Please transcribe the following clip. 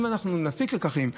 אם נפיק לקחים,